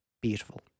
beautiful